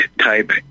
type